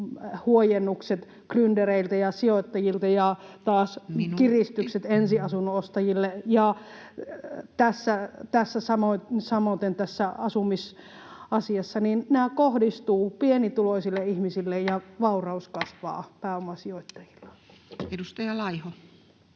huojennukset gryndereiltä ja sijoittajilta [Puhemies: Minuutti!] ja taas kiristykset ensiasunnon ostajille, ja samoiten tässä asumisasiassa, — kohdistuvat pienituloisille ihmisille ja vauraus kasvaa pääomasijoittajilla. Edustaja Laiho.